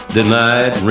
denied